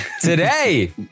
today